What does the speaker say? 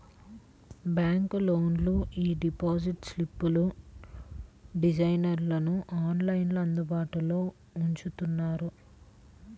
బ్యాంకులోళ్ళు యీ డిపాజిట్ స్లిప్పుల డిజైన్లను ఆన్లైన్లో అందుబాటులో ఉంచుతారు